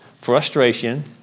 frustration